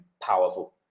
Powerful